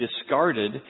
discarded